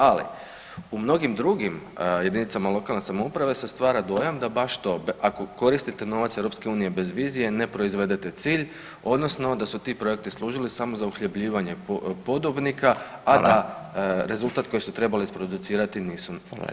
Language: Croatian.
Ali u mnogim drugim jedinicama lokalne samouprave se stvara dojam da baš to, ako koristite novac EU bez vizije ne proizvedete cilj odnosno da su ti projekti služili samo za uhljebljivanje podobnika [[Upadica: Hvala.]] a da rezultat koji su trebali isproducirati nisu isproducirali.